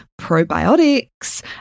probiotics